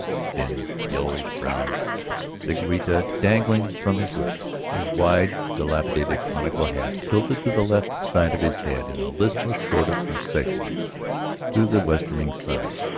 thin, yellowish-brown cigarita dangling from his lips, his wide, dilapidated conical hat tilted to the left side of his head in a listless sort of concession to the westering sun,